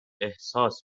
احساس